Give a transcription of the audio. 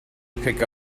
pick